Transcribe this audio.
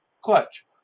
Clutch